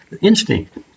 Instinct